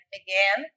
again